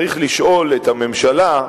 צריך לשאול את הממשלה,